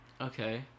Okay